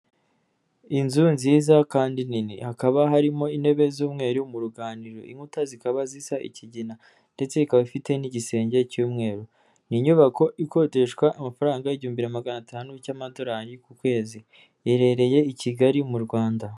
Inzu nziza kandi nini, hakaba harimo intebe z'umweru mu ruganiriro, inkuta zikaba zisa ikigina ndetse ikaba ifite n'igisenge cy'umweru, ni inyubako ikodeshwa amafaranga igihumbi na magana atanu cy'amadorari ku kwezi, iherereye i Kigali mu Rwanda.